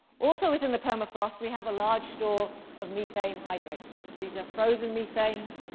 also within the permafrost, we have a large store of methane hydrates. these are frozen methane